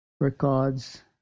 Records